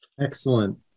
Excellent